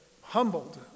humbled